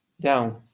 down